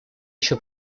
еще